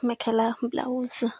মেখেলা blouse